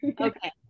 Okay